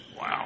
Wow